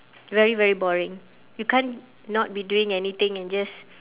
very very boring you can't not be doing anything and just